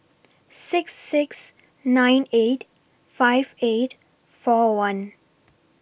six six nine eight five eight four one